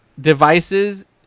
devices